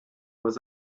was